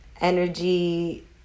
energy